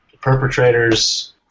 perpetrators